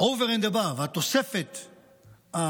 וה-over and above, התוספת האישית,